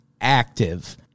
active